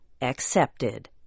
accepted